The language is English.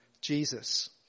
Jesus